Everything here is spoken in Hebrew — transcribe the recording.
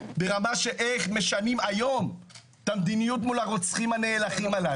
אלא ברמה של איך משנים היום את המדיניות מול הרוצחים הנאלחים הללו.